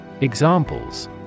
Examples